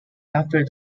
after